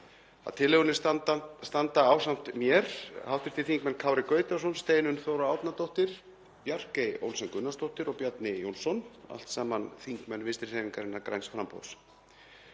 Að tillögunni standa ásamt mér hv. þingmenn Kári Gautason, Steinunn Þóra Árnadóttir, Bjarkey Olsen Gunnarsdóttir og Bjarni Jónsson, allt saman þingmenn Vinstrihreyfingarinnar – græns framboðs.